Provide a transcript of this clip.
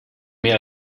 mehr